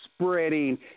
spreading